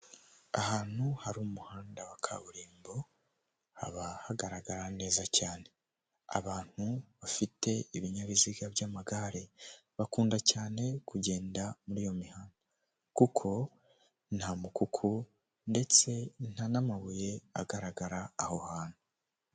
Abagore benshi n'abagabo benshi bicaye ku ntebe bari mu nama batumbiriye imbere yabo bafite amazi yo kunywa ndetse n'ibindi bintu byo kunywa imbere yabo hari amamashini ndetse hari n'indangururamajwi zibafasha kumvikana.